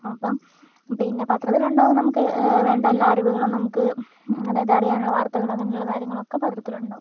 അപ്പം പിന്നെ പത്രത്തിൽ ഉണ്ടാവും നമുക്ക് വേണ്ട എല്ലാ അറിവുകളും നമുക്ക് അതായത് അറിയാനുള്ള വാർത്തകൾ അങ്ങനുള്ള കാര്യങ്ങളൊക്കെ പത്രത്തിലുണ്ടാവും